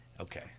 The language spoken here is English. Okay